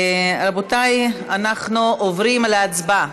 רבותי, אנחנו עוברים להצבעה.